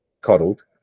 coddled